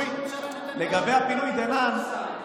הפינוי דנן,